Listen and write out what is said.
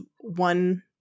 one